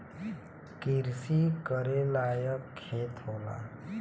किरसी करे लायक खेत होला